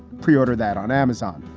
preorder that on amazon.